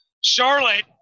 Charlotte